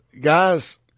guys